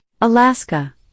Alaska